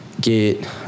Get